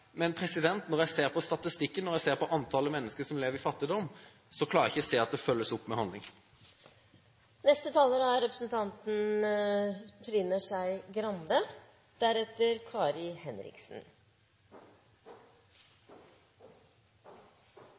men når jeg ser på statistikken og på antallet mennesker som lever i fattigdom, klarer jeg ikke å se at det følges opp med handling.